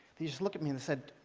they just look at me and say,